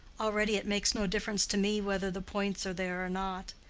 already it makes no difference to me whether the points are there or not.